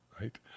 right